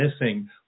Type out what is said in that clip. missing